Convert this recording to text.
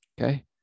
okay